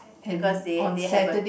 because they they have a